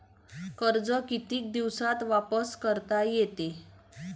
कर्ज कितीक दिवसात वापस करता येते?